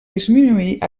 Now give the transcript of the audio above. disminuir